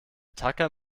tacker